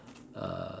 uh